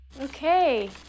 Okay